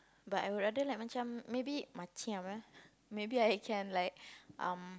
but I would rather like macam maybe macam eh maybe I can like um